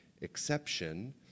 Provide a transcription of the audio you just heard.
exception